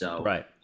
Right